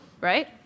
right